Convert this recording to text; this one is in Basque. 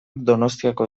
donostiako